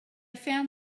found